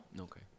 Okay